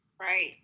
Right